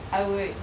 I would